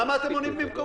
אבל למה אתם עונים במקומו?